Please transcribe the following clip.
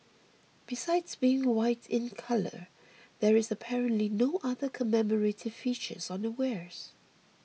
besides being white in colour there is apparently no other commemorative features on the wares